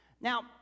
Now